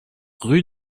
rue